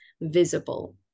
visible